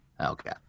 okay